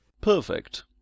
Perfect